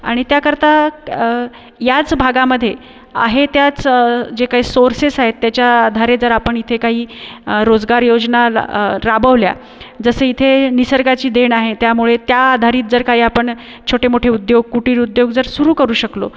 आणि त्याकरिता याच भागामध्ये आहे त्याच जे काही सोर्सेस आहेत त्याच्या आधारे जर आपण इथे काही रोजगार योजना राबवल्या जसं इथे निसर्गाची देण आहे त्यामुळे त्या आधारित जर काही आपण छोटेमोठे उद्योग कुटीर उद्योग जर सुरू करू शकलो